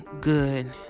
good